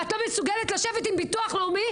ואת לא מסוגלת לשבת עם ביטוח לאומי,